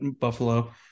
Buffalo